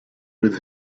with